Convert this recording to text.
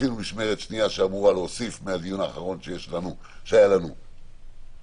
עשינו משמרת שנייה שאמורה להוסיף מהדיון האחרון שהיה לנו להוסיף.